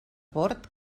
bord